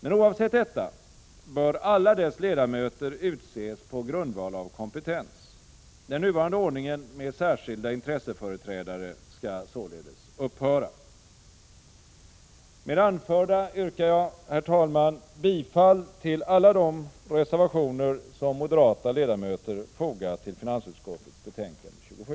Men oavsett detta bör alla dess ledamöter utses på grundval av kompetens. Den nuvarande ordningen med särskilda intresseföreträdare skall således upphöra. Herr talman! Med det anförda yrkar jag bifall till alla de reservationer som moderata ledamöter fogat till finansutskottets betänkande 27.